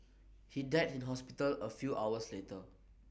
he died in hospital A few hours later